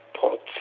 pots